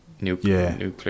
nuclear